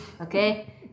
okay